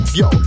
yo